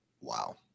Wow